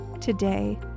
today